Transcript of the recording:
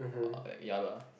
oh ya lah